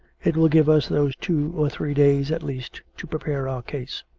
it will give us those two or three days, at least, to prepare our case.